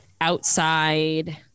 outside